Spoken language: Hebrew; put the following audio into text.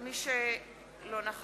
ואקרא בשמות מי שלא נכחו.